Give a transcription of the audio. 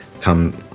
come